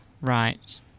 Right